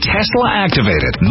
Tesla-activated